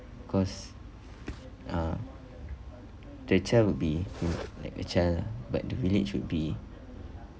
cause uh the child would be mm like a child lah but the village would be